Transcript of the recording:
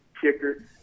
kicker